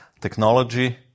technology